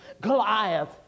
Goliath